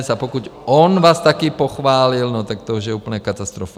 A pokud on vás taky pochválil, no tak to už je úplně katastrofa.